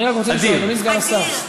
אדיר.